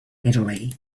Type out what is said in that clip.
italy